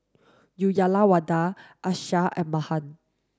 Uyyalawada Akshay and Mahan